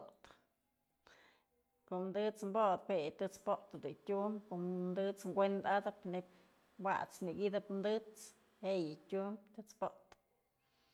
Kom tët's botëp je'e yë të'ëts po'otë jedun tyum, ko'om tët's kuenda'atëp neyb wat's myak idëp tët's je'e yë tyumbë të'ëts po'otë.